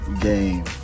game